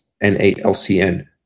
NALCN